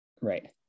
Right